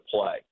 play